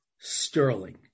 Sterling